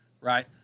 right